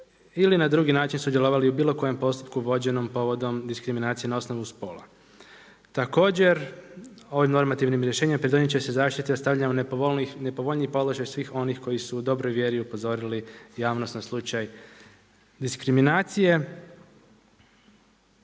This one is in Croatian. ili na drugi način sudjelovali u bilo kojem postupku vođenom povodom diskriminacije na osnovu spola. Također, ovim normativnim rješenjem pridonijeti će se zaštiti u stavljanju nepovoljniji položaj svih onih koji su u dobroj vjeri upozorili javnost na slučaj diskriminacije.